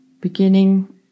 beginning